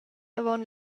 avon